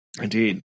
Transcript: Indeed